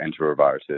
enteroviruses